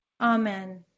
Amen